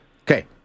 Okay